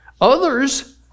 others